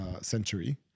century